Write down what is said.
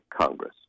Congress